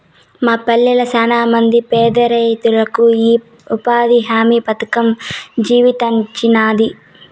మా పల్లెళ్ళ శానమంది పేదరైతులకు ఈ ఉపాధి హామీ పథకం జీవితాన్నిచ్చినాది